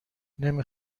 نمی